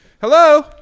Hello